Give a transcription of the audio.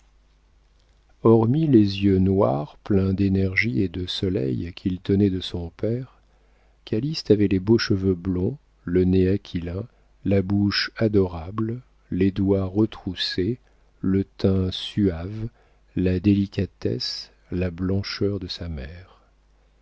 hormis les yeux noirs pleins d'énergie et de soleil qu'il tenait de son père calyste avait les beaux cheveux blonds le nez aquilin la bouche adorable les doigts retroussés le teint suave la délicatesse la blancheur de sa mère